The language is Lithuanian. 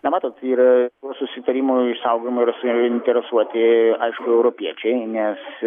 na matot yra susitarimų išsaugomų ir suinteresuoti aišku europiečiai nes